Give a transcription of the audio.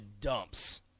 dumps